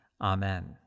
Amen